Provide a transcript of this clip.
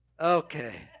Okay